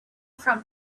from